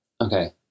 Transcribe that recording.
okay